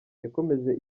yakomeje